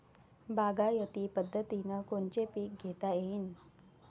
बागायती पद्धतीनं कोनचे पीक घेता येईन?